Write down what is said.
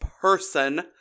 person